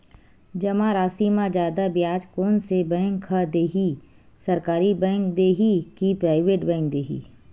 जमा राशि म जादा ब्याज कोन से बैंक ह दे ही, सरकारी बैंक दे हि कि प्राइवेट बैंक देहि?